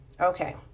Okay